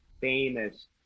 famous